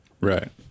Right